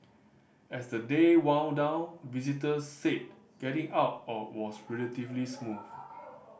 as the day wound down visitors said getting out or was relatively smooth